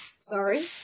Sorry